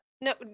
No